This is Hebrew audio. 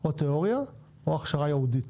או תיאוריה או הכשרה ייעודית,